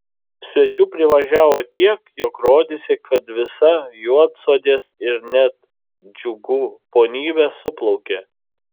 svečių privažiavo tiek jog rodėsi kad visa juodsodės ir net džiugų ponybė suplaukė